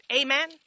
Amen